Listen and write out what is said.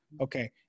okay